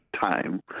time